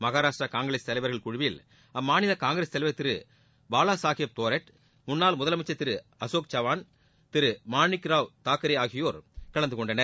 மகாராஷ்டிர காங்கிரஸ் தலைவர்கள் குழுவில் அம்மாநில காங்கிரஸ் தலைவர் திரு பாலாசாஹேப் தோரட் முன்னாள் முதலமைச்சர் திரு அசோக் சவான் மாணிக்கராவ் தாக்கரே ஆகியோர் கலந்துகொண்டனர்